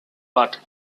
but